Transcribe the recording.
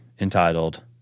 entitled